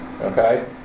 okay